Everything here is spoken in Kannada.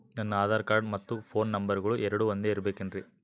ನನ್ನ ಆಧಾರ್ ಕಾರ್ಡ್ ಮತ್ತ ಪೋನ್ ನಂಬರಗಳು ಎರಡು ಒಂದೆ ಇರಬೇಕಿನ್ರಿ?